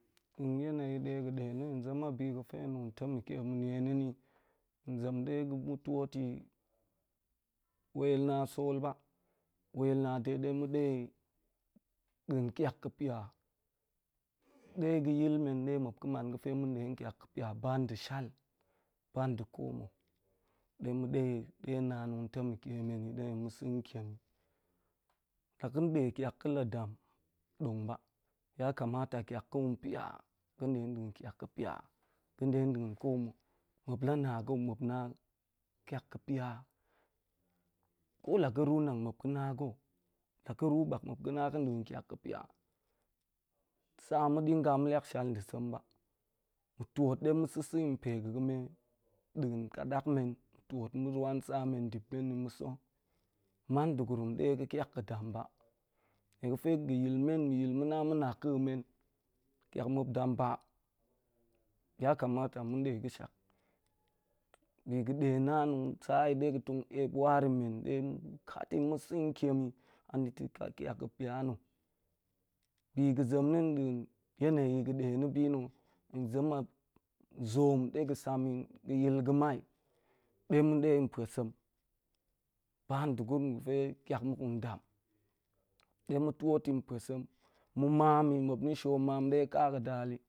Da̱a̱n yane yi ɗe ga̱ de hen zem a bi ga̱fe tong tamake ma̱ nie na̱ nni, hen zem ɗe ma̱ tuot ta̱, wel na̱ a sol ba, wel na̱ a de ɗe mu ɗe i da̱a̱n tiak ga̱ pya, ɗe ga̱yi men de muao ga̱ man ga̱fe ma̱n ɗe da̱a̱n tlak ga̱ pya ban de shal, ban de ko ma̱ ɗe ma̱ ɗe naan tong tamake men ni ɗe ma̱ sa̱n kem mi. La ga̱n ɗe kak ga̱ la dam, dong ba, ya kamata kiak ga̱n pya, ga̱n ɗe da̱a̱n kiak ga̱ pya ga̱n ɗe da̱a̱n ko ma̱, muap la na ga̱, muap na kiak ga̱ pya ko la ga̱ ku nang muap ga̱ na ga̱, la ga̱ ru bak muap ga̱ na ga̱ da̱a̱n kiak ga̱ muap tuot de ma̱ sa̱ sa̱ yi pe ga̱ ga̱me da̱a̱n kaɗa̱k men, tuot ma̱ rwan sa men dip men ni ma̱ sa̱, man degurum ɗe ga̱ kiak ga̱ dam ba. Nie ga̱fe ga̱ yil men, ma̱ yilma̱ na ma̱ naka̱ men kiak muap dam ba, ya kamata ma̱n ɗe ga̱shak, bi ga̱de naan ɗe tongg sa yi de tong eip war yi men, de ma̱ kat ta̱ ma̱ sa̱n tiem yi, amita̱ ka kiak ga̱ pya na̱. Bi ga̱ zem na̱ da̱a̱n yaneyi ga̱ de na̱ bi na hen zem a zoom ɗe ga̱ sam yi ga̱ yit gamai, ɗe ma̱ ɗe yi masem ba de gurum ga̱fe kiak muk ta̱n dam, de ma̱ tuot ta̱ pa̱sem ma̱ maam mi muap pi suam maam mi ɗe ka ga̱ dal yi.